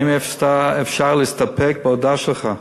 האם אפשר להסתפק בהודעה שלך?